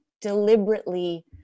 deliberately